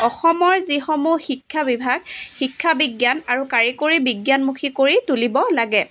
অসমৰ যিসমূহ শিক্ষা বিভাগ শিক্ষা বিজ্ঞান আৰু কাৰিকৰী বিজ্ঞানমুখী কৰি তুলিব লাগে